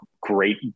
great